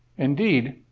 indeed,